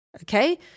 okay